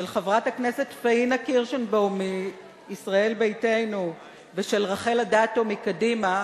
של חברת הכנסת פניה קירשנבאום מישראל ביתנו ושל רחל אדטו מקדימה,